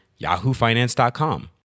yahoofinance.com